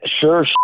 sure